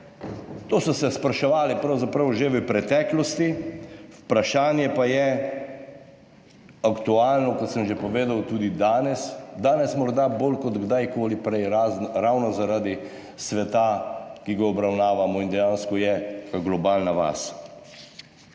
To so se spraševali pravzaprav že v preteklosti, vprašanje pa je aktualno, kot sem že povedal, tudi danes. Danes morda bolj kot kdajkoli prej ravno zaradi sveta, ki ga obravnavamo in dejansko je globalna vas.